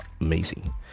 amazing